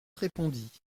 répondit